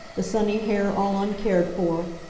the sunny hair all uncared for,